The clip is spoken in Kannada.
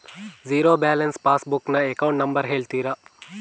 ಝೀರೋ ಬ್ಯಾಲೆನ್ಸ್ ಪಾಸ್ ಬುಕ್ ನ ಅಕೌಂಟ್ ನಂಬರ್ ಹೇಳುತ್ತೀರಾ?